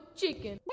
chicken